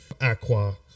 Aqua